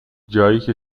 جاییکه